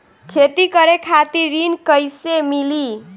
खेती करे खातिर ऋण कइसे मिली?